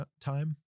time